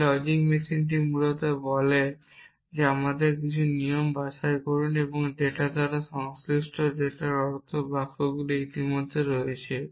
এই লজিক মেশিনটি মূলত বলে যে আমাদের নিয়ম বাছাই করুন এবং ডেটা দ্বারা সংশ্লিষ্ট ডেটার অর্থ ছিল বাক্যগুলি যা ইতিমধ্যেই রয়েছে